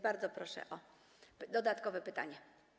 Bardzo proszę o dodatkowe pytanie.